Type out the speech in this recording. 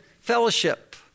fellowship